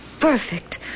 Perfect